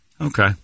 Okay